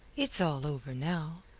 it's all over now.